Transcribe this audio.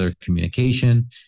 communication